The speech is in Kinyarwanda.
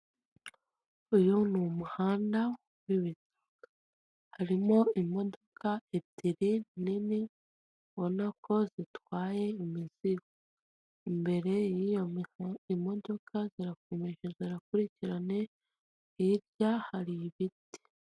Uyu ni umuhanda w'ibito harimo imodoka ebyiri nini ubona ko zitwaye imizigo, imbere y'iyo modoka zirakomeje zirakurikirane irya hari ibiti.